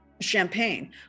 champagne